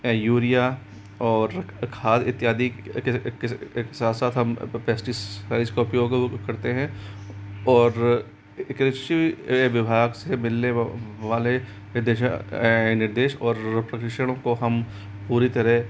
urea और खाद इत्यादि के साथ साथ हम पेस्टीसाइस का उपयोग करते हैं और कृषि विभाग से मिलने वाले निर्देश ऐंड निर्देश और प्रशिक्षण को हम पूरी तरह